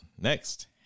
Next